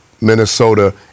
Minnesota